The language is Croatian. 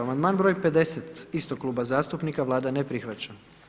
Amandman broj 50 istog kluba zastupnika, Vlada ne prihvaća.